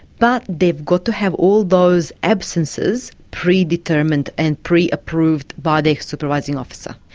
but they've got to have all those absences pre-determined and pre-approved by their supervising officer.